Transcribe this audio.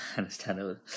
Understandable